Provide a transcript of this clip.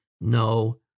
no